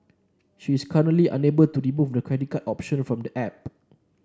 she is currently unable to remove the credit card option from the app